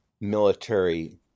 military